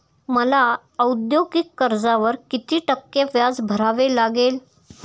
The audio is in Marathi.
मला औद्योगिक कर्जावर किती टक्के व्याज भरावे लागेल?